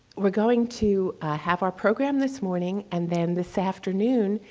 we're going to have our program this morning. and then this afternoon,